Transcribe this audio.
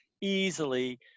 easily